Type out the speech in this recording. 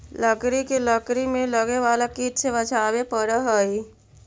लकड़ी के लकड़ी में लगे वाला कीट से बचावे पड़ऽ हइ